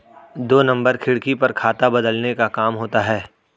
दो नंबर खिड़की पर खाता बदलने का काम होता है